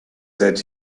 that